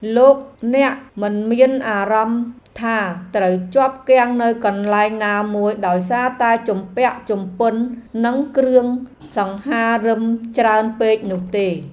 លោកអ្នកមិនមានអារម្មណ៍ថាត្រូវជាប់គាំងនៅកន្លែងណាមួយដោយសារតែជំពាក់ជំពិននឹងគ្រឿងសង្ហារិមច្រើនពេកនោះទេ។